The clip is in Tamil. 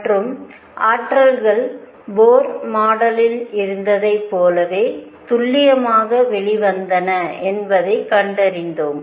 மற்றும் ஆற்றல்கள் போர் மாடலில் இருந்ததைப் போலவே துல்லியமாக வெளிவந்தன என்பதைக் கண்டறிந்தோம்